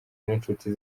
n’inshuti